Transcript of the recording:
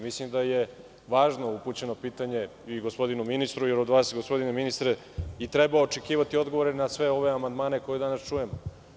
Mislim da je važno pitanje koje je upućeno gospodinu ministru, jer od vas gospodine ministre i treba očekivati odgovore na sve ove amandmane koje danas čujemo.